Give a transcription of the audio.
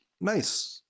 Nice